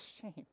shame